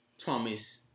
promise